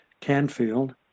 Canfield